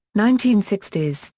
nineteen sixty s,